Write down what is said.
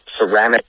ceramic